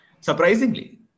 Surprisingly